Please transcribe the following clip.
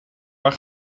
haar